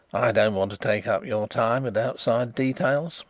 i don't want to take up your time with outside details,